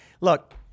Look